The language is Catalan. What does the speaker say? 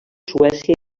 suècia